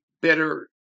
better